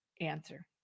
answer